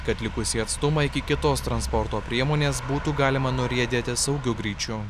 kad likusį atstumą iki kitos transporto priemonės būtų galima nuriedėti saugiu greičiu